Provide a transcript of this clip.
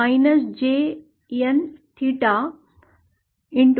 e raised to